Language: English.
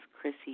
Chrissy